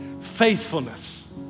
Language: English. Faithfulness